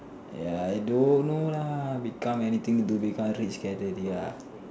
eh I don't know lah become anything do become rich can already lah